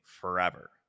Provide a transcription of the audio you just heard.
forever